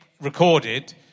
recorded